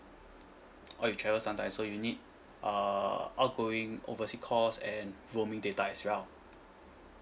oh you travel sometimes so you need uh outgoing oversea calls and roaming data as well